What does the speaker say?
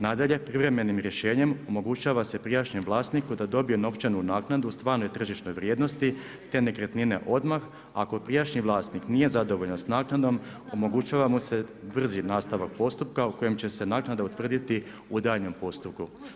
Nadalje, privremenim rješenjem, omogućava se prijašnjem vlasniku da dobije novčanu naknadu stvarne tržišne vrijednosti te nekretnine odmah, ako prijašnji vlasnik nije zadovoljan s naknadom, omogućava mu se brzi nastavak postupka u kojem će se naknada utvrditi u daljnjem postupku.